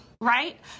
right